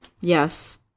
Yes